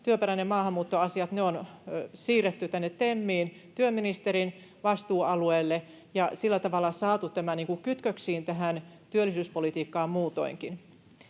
työperäisen maahanmuuton asiat on siirretty tänne TEMiin työministerin vastuualueelle ja sillä tavalla saatu tämä kytköksiin tähän työllisyyspolitiikkaan muutoinkin.